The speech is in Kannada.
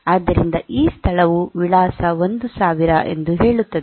ಆದ್ದರಿಂದ ಈ ಸ್ಥಳವು ವಿಳಾಸ ಒಂದು ಸಾವಿರ ಎಂದು ಹೇಳುತ್ತದೆ